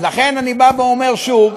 לכן אני בא ואומר שוב,